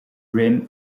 rim